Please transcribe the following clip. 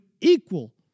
equal